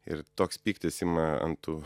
ir toks pyktis ima ant tų